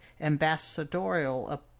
ambassadorial